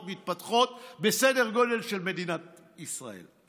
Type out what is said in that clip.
מתפתחות בסדר גודל של מדינת ישראל.